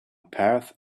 path